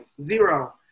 zero